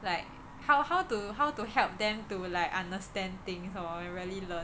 like how how to how to help them to like understand things hor I really learn ya lor